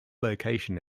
location